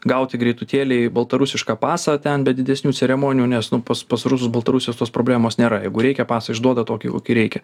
gauti greitutėlį baltarusišką pasą ten be didesnių ceremonijų nes nu pas pas rusus baltarusius tos problemos nėra jeigu reikia pasą išduoda tokį kokį reikia